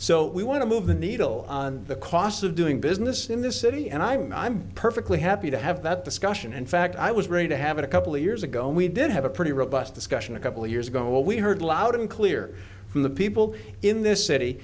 so we want to move the needle on the cost of doing business in this city and i mean i'm perfectly happy to have that discussion in fact i was ready to have it a couple of years ago we did have a pretty robust discussion a couple of years ago what we heard loud and clear from the people in this city